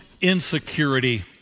insecurity